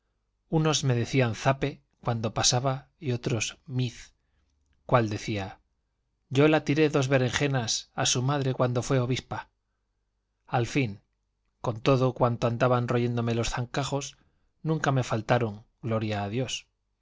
unos me decían zape cuando pasaba y otros miz cuál decía yo la tiré dos berenjenas a su madre cuando fue obispa al fin con todo cuanto andaban royéndome los zancajos nunca me faltaron gloria a dios